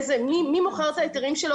מי מוכר את ההיתרים.